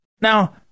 Now